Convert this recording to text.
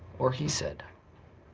or he said.